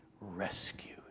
rescued